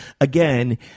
Again